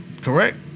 Correct